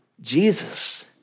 Jesus